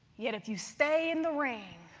yet if you stay in the ring